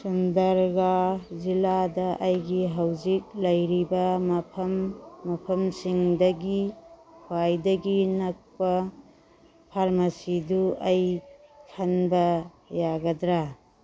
ꯁꯨꯟꯗꯔꯒꯥꯔ ꯖꯤꯂꯥꯗ ꯑꯩꯒꯤ ꯍꯧꯖꯤꯛ ꯂꯩꯔꯤꯕ ꯃꯐꯝ ꯃꯐꯝꯁꯤꯗꯒꯤ ꯈ꯭ꯋꯥꯏꯗꯒꯤ ꯅꯛꯄ ꯐꯥꯔꯃꯥꯁꯤꯗꯨ ꯑꯩ ꯈꯟꯕ ꯌꯥꯒꯗ꯭ꯔꯥ